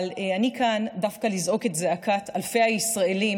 אבל אני כאן דווקא לזעוק את זעקת אלפי הישראלים,